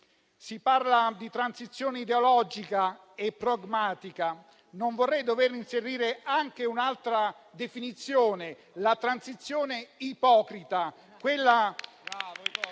Si parla di transizione ideologica e pragmatica. Non vorrei dover inserire anche un'altra definizione: la transizione ipocrita